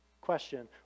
Question